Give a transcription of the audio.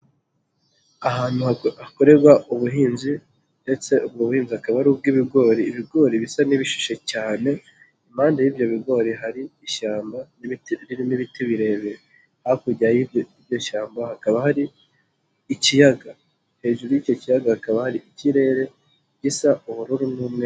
Ahantu hakorerwa ubuhinzi ndetse ubwo buhinzi akaba ari ubw'ibigori ibigori bisa n'ibishishe cyane, impande y'ibyo bigori hari ishyamba ririmo ibiti birebire, hakurya y'iryo shyamba hakaba hari ikiyaga hejuru y'icyo kiyaga hakaba ari ikirere gisa ubururu n'umweru.